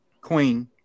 Queen